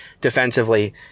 defensively